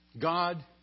God